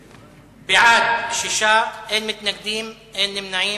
בעד, 6, אין מתנגדים ואין נמנעים.